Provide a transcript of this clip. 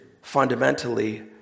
fundamentally